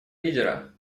лидера